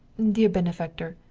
dear benefactor,